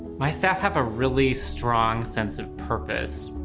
my staff have a really strong sense of purpose.